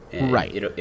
Right